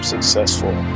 successful